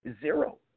zero